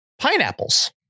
pineapples